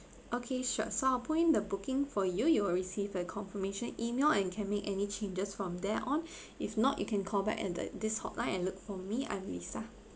okay sure so I'll put in the booking for you you will receive a confirmation email and can make any changes from there on if not you can call back at this hotline and look for me I'm lisa